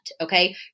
okay